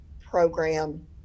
program